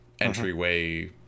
entryway